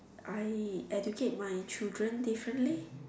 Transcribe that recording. I educate my children differently